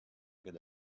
good